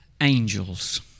Angels